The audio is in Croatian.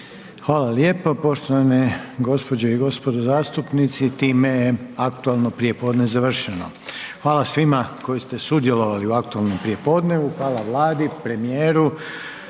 Hvala lijepa. Poštovane gospođe i gospodo zastupnici, time je aktualno prijepodne završeno. Hvala svima koji ste sudjelovali u aktualnom prijepodnevu, hvala Vladi, premijeru,